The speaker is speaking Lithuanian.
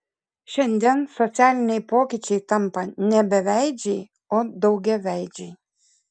šiandien socialiniai pokyčiai tampa ne beveidžiai o daugiaveidžiai